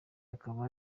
akaba